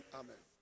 amen